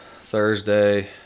Thursday